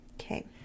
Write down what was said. Okay